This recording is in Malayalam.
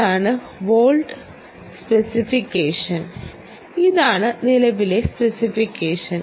ഇതാണ് വോൾട്ട് സ്പെസിഫിക്കേഷൻ ഇതാണ് നിലവിലെ സ്പെസിഫിക്കേഷൻ